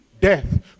death